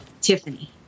Tiffany